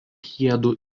jiedu